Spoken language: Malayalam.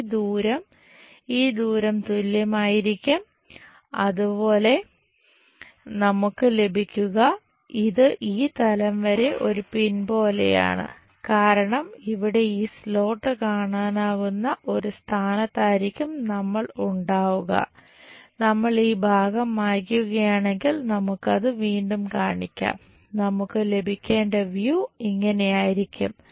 ഈ ദൂരം ഈ ദൂരം തുല്യമായിരിക്കും അതുപോലെയാണ് നമുക്ക് ലഭിക്കുക ഇത് ഈ തലം വരെ ഒരു പിൻ ഇങ്ങനെയായിരിക്കും